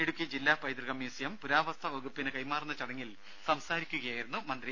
ഇടുക്കി ജില്ലാ പൈതൃക മ്യൂസിയം പുരാവസ്തു വകുപ്പിന് കൈമാറുന്ന ചടങ്ങിൽ സംസാരിക്കുകയായിരുന്നു മന്ത്രി